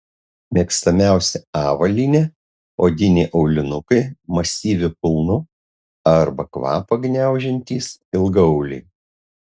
mėgstamiausia avalynė odiniai aulinukai masyviu kulnu arba kvapą gniaužiantys ilgaauliai